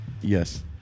Yes